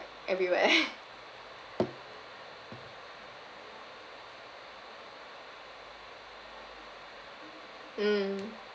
everywhere mm